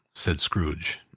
said scrooge.